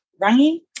Rangi